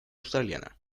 australiana